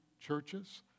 churches